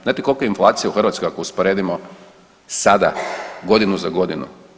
Znate koliko je inflacija u Hrvatskoj ako usporedimo sada godinu za godinom.